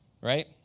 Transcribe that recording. right